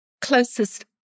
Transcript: closest